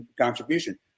contribution